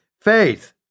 faith